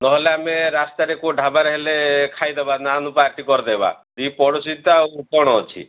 ନହେଲେ ଆମେ ରାସ୍ତାରେ କେଉଁ ଢାବାରେ ହେଲେ ଖାଇଦେବା ନାହାନୁ ପାର୍ଟି କରଦେବା ଦୁଇ ପଡ଼ୋଶୀ ତ କ'ଣ ଅଛି